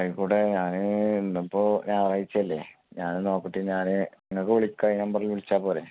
ആയിക്കോട്ടെ ഞാൻ ഇന്ന് ഇപ്പോൾ ഞായറാഴ്ച അല്ലേ ഞാൻ നോക്കിയിട്ട് ഞാൻ നിങ്ങൾക്ക് വിളിക്കാം ഈ നമ്പറിൽ വിളിച്ചാൽ പോരെ